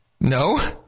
No